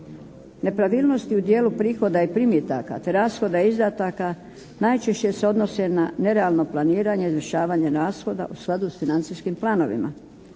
Nepravilnosti u dijelu prihoda i primjetaka te rashoda izdataka najčešće se odnose na nerealno planiranje izvršavanja rashoda u skladu sa financijskim planovima.